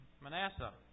Manasseh